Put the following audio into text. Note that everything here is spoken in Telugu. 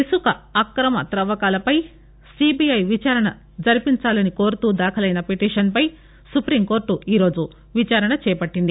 ఇసుక అక్రమ తవ్వకాలపై సీబీఐ విచారణ జరిపించాలని కోరుతూ దాఖలైన పిటిషన్పై సుపీం కోర్టు ఈ రోజు విచారణ చేపట్టింది